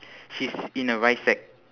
she's in a rice sack